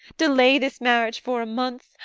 delay this marriage for a month,